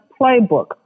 playbook